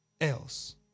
else